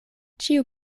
ĉiu